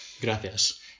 Gracias